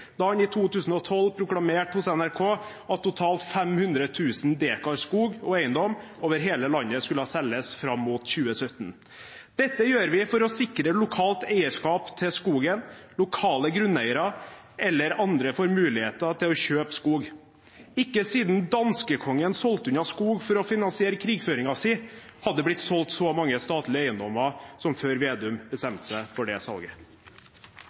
da han i 2012 proklamerte i NRK at totalt 500 000 dekar skog og eiendom over hele landet skulle selges fram mot 2017. Dette gjøres for å sikre lokalt eierskap til skogen, lokale grunneiere, eller at andre får muligheter til å kjøpe skog. Ikke siden danskekongen solgte unna skog for å finansiere krigføringen sin, hadde det blitt solgt så mange statlige eiendommer som da Slagsvold Vedum bestemte seg for det salget.